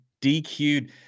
DQ'd